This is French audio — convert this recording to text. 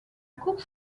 cour